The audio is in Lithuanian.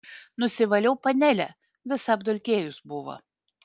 nusivaliau panelę visa apdulkėjus buvo